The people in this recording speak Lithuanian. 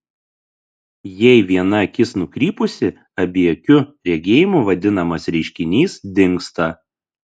jei viena akis nukrypusi abiakiu regėjimu vadinamas reiškinys dingsta